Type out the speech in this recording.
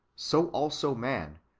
so also man,